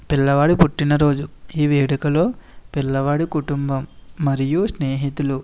పిల్లవాడి పుట్టిన రోజు ఈ వేడుకలో పిల్లవాడి కుటుంబం మరియు స్నేహితులు